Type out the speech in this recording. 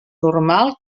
normal